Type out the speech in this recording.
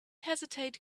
hesitate